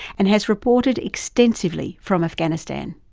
and has reported extensively from afghanistan.